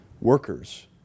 Workers